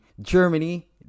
Germany